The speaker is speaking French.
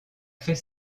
fait